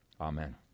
amen